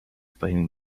explaining